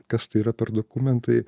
kas tai yra per dokumentai